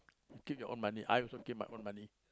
you take your own money I also keep my own money